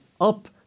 up